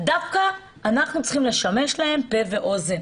אנחנו דווקא צריכים לשמש להם פה ואוזן.